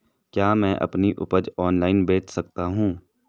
क्या मैं अपनी उपज ऑनलाइन बेच सकता हूँ?